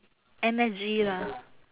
M_S_G lah